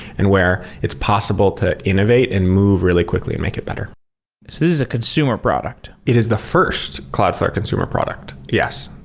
and where it's possible to innovate and move really quickly and make it better this this is a consumer product it is the first cloudflare consumer product. yes.